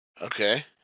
okay